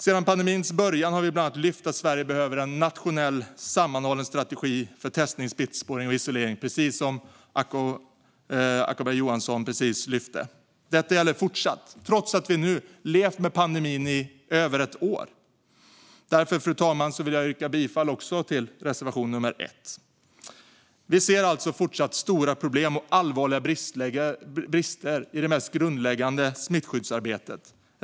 Sedan pandemins början har vi bland annat fört fram att Sverige behöver en nationell sammanhållen strategi för testning, smittspårning och isolering, alltså precis det som Acko Ankarberg Johansson just tog upp. Detta gäller fortsatt, trots att vi nu har levt med pandemin i över ett år. Därför, fru talman, vill jag yrka bifall till reservation 1. Vi ser alltså fortsatt stora problem och allvarliga brister i det mest grundläggande smittskyddsarbetet.